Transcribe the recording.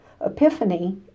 Epiphany